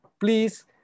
please